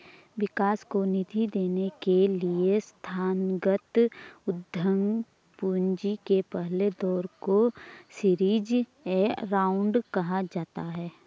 विकास को निधि देने के लिए संस्थागत उद्यम पूंजी के पहले दौर को सीरीज ए राउंड कहा जाता है